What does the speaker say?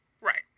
Right